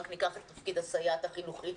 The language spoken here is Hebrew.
רק ניקח את התפקיד הסייעת החינוכית,